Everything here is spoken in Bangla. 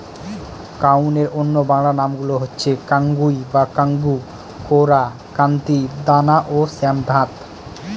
কাউনের অন্য বাংলা নামগুলো হচ্ছে কাঙ্গুই বা কাঙ্গু, কোরা, কান্তি, দানা ও শ্যামধাত